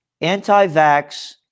anti-vax